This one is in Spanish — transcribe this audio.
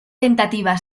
tentativa